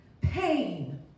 pain